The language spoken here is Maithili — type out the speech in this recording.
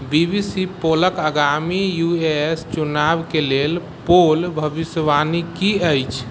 बी बी सी पोलक आगामी यू ए एस चुनाव के लेल पोल भविष्यवाणी की अछि